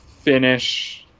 finish